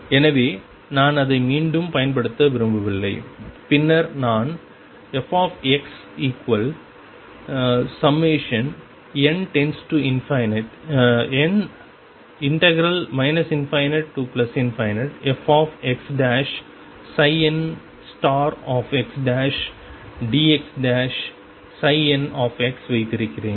எனவே நான் அதை மீண்டும் பயன்படுத்த விரும்பவில்லை பின்னர் நான் fxn ∞fxnxdxn வைத்திருக்கிறேன்